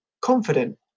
confident